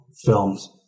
films